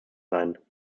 sein